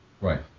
Right